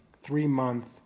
three-month